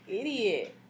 idiot